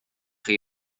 chi